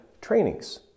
trainings